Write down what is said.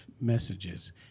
messages